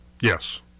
Yes